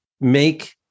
make